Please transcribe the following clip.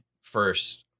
first